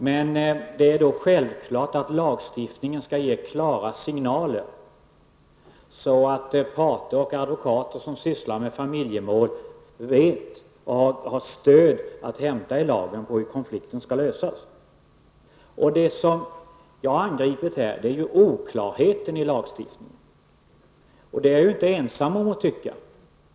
Lagstiftningen skall självfallet ge klara signaler så att parter och advokater som sysslar med familjerättsmål har stöd att hämta i lagen för hur konflikten skall lösas. Jag har angripit oklarheten i lagstiftningen och det är en uppfattning som jag delar med flera.